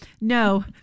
no